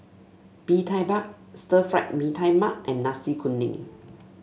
Bee Tai Mak Stir Fried Mee Tai Mak and Nasi Kuning